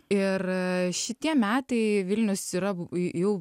ir šitie metai vilnius yra į jų